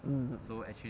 mm